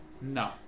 No